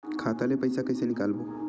खाता ले पईसा कइसे निकालबो?